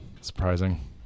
Surprising